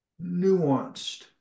nuanced